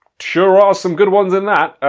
sure are some goods ones in that!